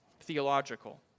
theological